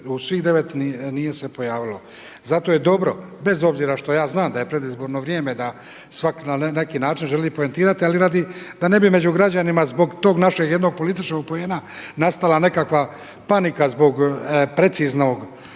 u svih 9 nije se pojavilo. Zato je dobro, bez obzira što ja znam da je predizborno vrijeme da svatko na neki način želi poentirati ali radi, da ne bi među građanima zbog tog našeg jednog političnog poena nastala nekakva panika zbog preciznog